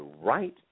right